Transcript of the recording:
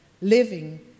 living